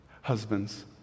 Husbands